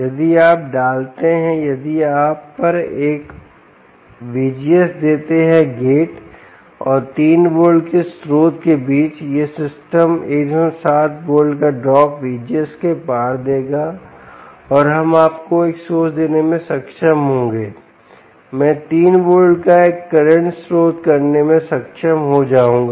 यदि आप डालते हैं यदि आप पर एक VGS देते हैं गेट और 3 वोल्ट के स्रोत के बीच यह सिस्टम 17 वोल्ट का ड्रॉप VGS के पार देगा और हम आपको एक सोर्स देने में सक्षम होंगे मैं 3 वोल्ट का एक करंट स्रोत करने में सक्षम हो जाऊंगा